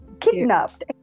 kidnapped